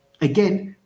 Again